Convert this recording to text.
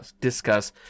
discuss